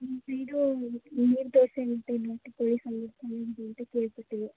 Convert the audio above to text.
ಇದು ನೀರು ದೋಸೆ ಮತ್ತು ನಾಟಿ ಕೋಳಿ ಸಾರು ಚೆನ್ನಾಗಿದೆ ಅಂತ ಕೇಳಿಪಟ್ವಿ